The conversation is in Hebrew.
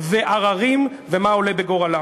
ועררים ומה עולה בגורלם.